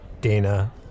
Dana